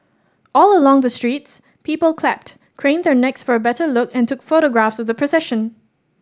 all along the streets people clapped craned their necks for a better look and took photographs of the procession